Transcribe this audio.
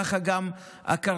ככה גם הקרדיולוג,